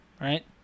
right